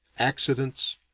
accidents,